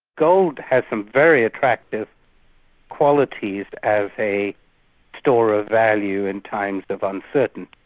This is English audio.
gold has some very attractive qualities as a store of value in times of uncertainty.